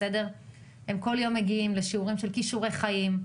הם כל יום מגיעים לשיעורים של כישורי חיים.